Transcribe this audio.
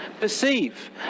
perceive